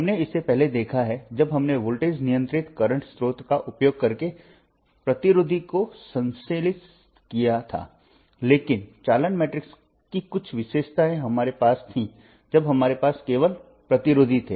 हमने इसे पहले देखा है जब हमने वोल्टेज नियंत्रित वर्तमान स्रोत का उपयोग करके प्रतिरोधी को संश्लेषित किया था लेकिन चालन मैट्रिक्स की कुछ विशेषताएं हमारे पास थीं जब हमारे पास केवल प्रतिरोधी थे